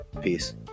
Peace